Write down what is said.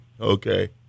Okay